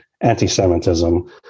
anti-Semitism